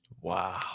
Wow